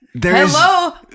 Hello